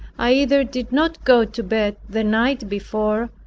i either did not go to bed the night before,